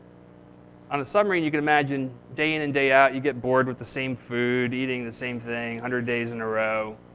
on a submarine, you can imagine, day in and day out you get bored with the same food, eating the same thing one hundred days in a row.